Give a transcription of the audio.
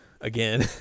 again